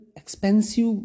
expensive